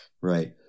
Right